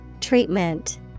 Treatment